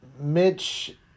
Mitch